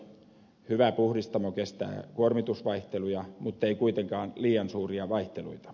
hyvä puhdistamo kestää kuormitusvaihteluja mutta ei kuitenkaan liian suuria vaihteluita